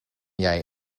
jij